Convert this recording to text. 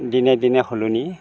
দিনে দিনে সলনি